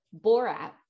Borat